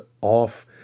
off